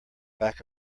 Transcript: back